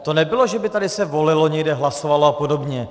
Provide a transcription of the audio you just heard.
To nebylo, že by se tady volilo někde, hlasovalo apod.